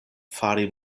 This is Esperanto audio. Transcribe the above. fari